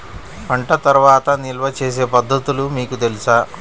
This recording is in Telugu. పంట తర్వాత నిల్వ చేసే పద్ధతులు మీకు తెలుసా?